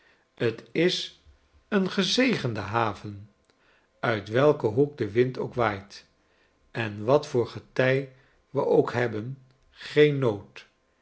t is n gezegende haven uit welken hoek de windook waait en wat voor getij we ook hebben geen nood